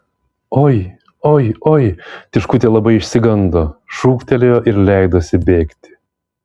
oi oi oi tiškutė labai išsigando šūktelėjo ir leidosi bėgti